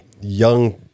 young